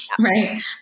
right